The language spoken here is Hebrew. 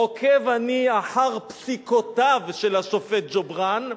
עוקב אני אחר פסיקותיו של השופט ג'ובראן,